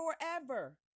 forever